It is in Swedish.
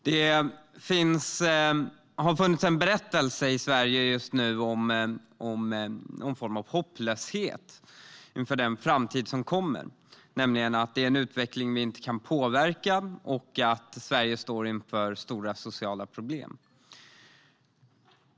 Det har funnits en berättelse om hopplöshet i Sverige. Det talas om en utveckling vi inte kan påverka och att Sverige står inför stora sociala problem.